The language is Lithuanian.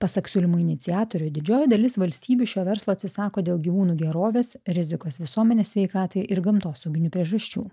pasak siūlymo iniciatorių didžioji dalis valstybių šio verslo atsisako dėl gyvūnų gerovės rizikos visuomenės sveikatai ir gamtosauginių priežasčių